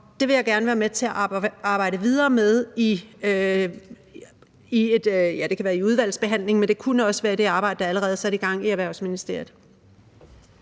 det vil jeg gerne være med til at arbejde videre med. Det kan være i udvalgsbehandlingen, med det kunne også være i det arbejde, der allerede er sat i gang i Erhvervsministeriet.